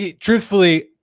truthfully